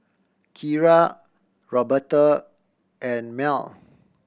Keira Roberta and Mell